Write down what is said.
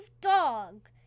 Dog